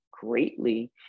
greatly